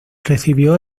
recibió